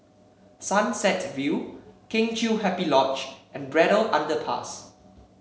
Sunset View Kheng Chiu Happy Lodge and Braddell Underpass